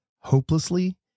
hopelessly